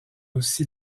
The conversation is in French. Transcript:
aussi